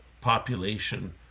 population